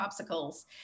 popsicles